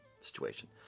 situation